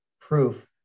proof